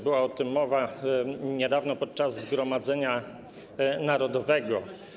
Była o tym mowa niedawno, podczas Zgromadzenia Narodowego.